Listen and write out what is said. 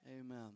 Amen